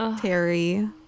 terry